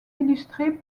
illustrées